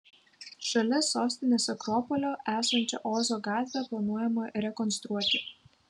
šalia sostinės akropolio esančią ozo gatvę planuojama rekonstruoti